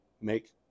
make